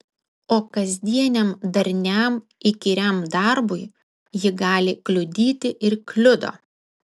o kasdieniam darniam įkyriam darbui ji gali kliudyti ir kliudo